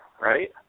right